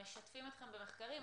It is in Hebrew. משתפים אתכם במחקרים.